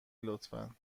لطفا